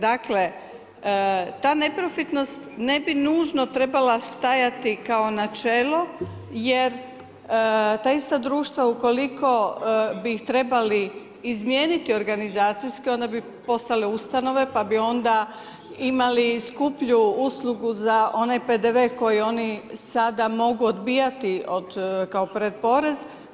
Dakle, ta neprofitnost, ne bi nužnost trebalo stajati kao načelo, jer ta ista društva ukoliko bi ih trebali izmijeniti organizacijski, onda bi postale ustanove, pa bi onda imali skuplju uslugu za onaj PDV koji oni mogu sada odbijati kao pretporez.